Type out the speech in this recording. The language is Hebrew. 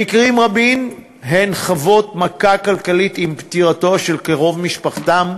במקרים רבים הן חוות מכה כלכלית עם פטירתו של קרוב משפחתם,